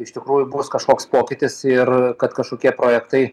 iš tikrųjų bus kažkoks pokytis ir kad kažkokie projektai